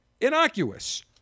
innocuous